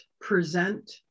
present